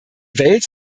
wales